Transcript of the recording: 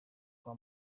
kwa